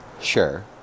Sure